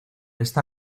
esta